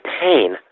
pain